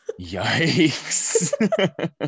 yikes